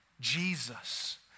Jesus